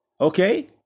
Okay